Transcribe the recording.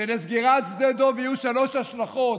שלסגירת שדה דב יהיו שלוש השלכות,